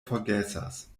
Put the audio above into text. forgesas